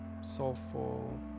soulful